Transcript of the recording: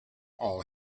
all